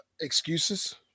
excuses